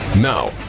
Now